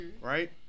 Right